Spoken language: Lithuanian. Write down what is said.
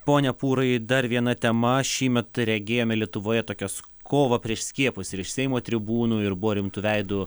pone pūrai dar viena tema šįmet regėjome lietuvoje tokias kovą prieš skiepus ir iš seimo tribūnų ir buvo rimtu veidu